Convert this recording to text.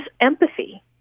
empathy